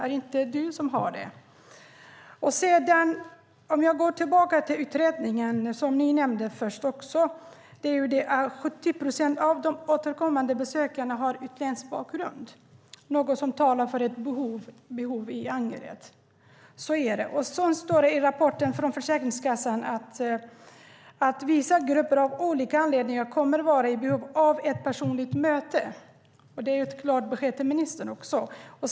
Är det inte du som har det ansvaret? Jag går tillbaka till utredningarna som nämndes. Det är 70 procent av de återkommande besöken som görs av personer med utländsk bakgrund. Det är något som talar för att det finns ett behov i Angered. Det står i rapporten från Försäkringskassan att vissa grupper av olika anledningar kommer att vara i behov av ett personligt möte. Det är också ett klart besked till ministern.